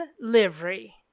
livery